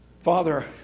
Father